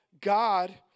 God